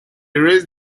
raise